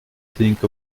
think